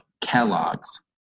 Kellogg's